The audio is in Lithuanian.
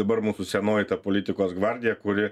dabar mūsų senoji ta politikos gvardija kuri